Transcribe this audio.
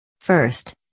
first